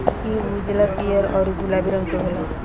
इ उजला, पीयर औरु गुलाबी रंग के होला